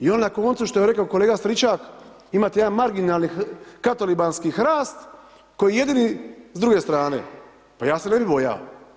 I onda na koncu što je rekao kolega Stričak, imate jedan marginalni katolibanski Hrast koji je jedini s druge strane, pa ja se ne bi bojao.